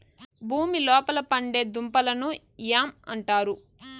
భూమి లోపల పండే దుంపలను యామ్ అంటారు